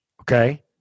Okay